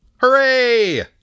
Hooray